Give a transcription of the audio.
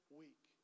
week